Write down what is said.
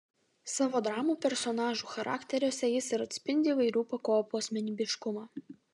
savo dramų personažų charakteriuose jis ir atspindi įvairių pakopų asmenybiškumą